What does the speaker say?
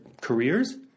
careers